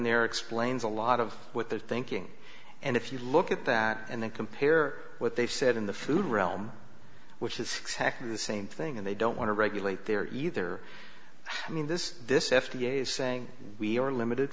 there explains a lot of what they're thinking and if you look at that and then compare what they've said in the food realm which is exactly the same thing and they don't want to regulate there either i mean this this f d a is saying we are limited